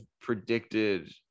predicted